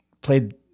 played